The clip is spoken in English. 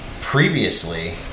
previously